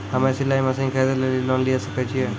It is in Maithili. हम्मे सिलाई मसीन खरीदे लेली लोन लिये सकय छियै?